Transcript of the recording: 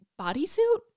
bodysuit